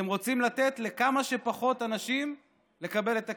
אתם רוצים לתת לכמה שפחות אנשים לקבל את הכסף.